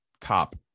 top